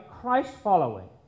Christ-following